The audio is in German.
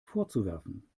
vorzuwerfen